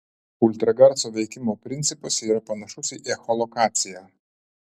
ultragarso veikimo principas yra panašus į echolokaciją